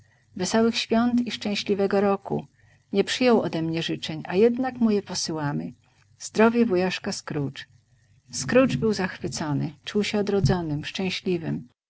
wesołych świąt i szczęśliwego roku nie przyjął ode mnie życzeń a jednak mu je posyłamy zdrowie wujaszka scrooge scrooge był zachwycony czuł się odrodzonym szczęśliwym